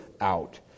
out